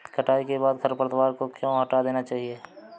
कटाई के बाद खरपतवार को क्यो हटा देना चाहिए?